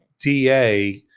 DA